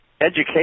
education